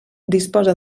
disposa